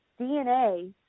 DNA